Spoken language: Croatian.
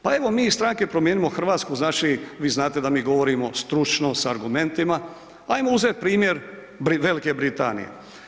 Pa evo mi iz stranke Promijenimo Hrvatsku vi znate da mi govorimo stručno sa argumentima, ajmo uzet u primjer Velike Britanije.